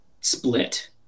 split